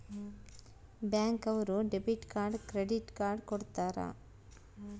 bank ಅವ್ರು debit card credit card ಕೊಡ್ತಾರ